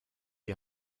die